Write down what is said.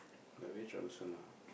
like very troublesome ah